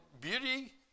beauty